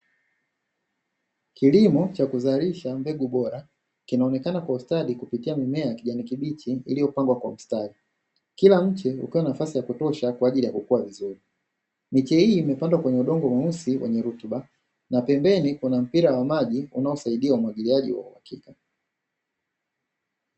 Kilimo cha kuzalisha mbegu bora kinaonekana kwa ustadi kupitia mimea ya kijani kibichi iliyopangwa kwa ustadi, kila mche ukipewa nafasi ya kutosha kwaajili ya kukua vizuri. Miche hili imepandwa kwenye udongo mweusi wenye rutuba na pembeni kuna mpira wa maji unaosaidia umwagiliaji wa uhakika.